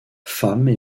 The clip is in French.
femmes